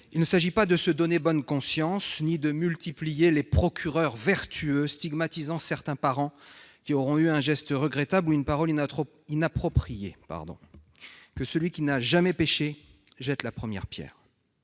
il ne s'agit pas de se donner « bonne conscience », ni de multiplier les procureurs vertueux stigmatisant certains parents qui auront eu un geste regrettable ou une parole inappropriée. Que celui qui n'a jamais péché jette la première pierre